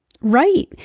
Right